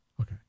Okay